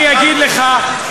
אני אגיד לך,